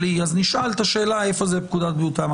אז נשאל את השאלה איפה זה בפקודת בריאות העם.